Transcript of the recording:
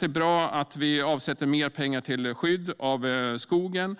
Det är bra att vi avsätter mer pengar till skydd av skogen.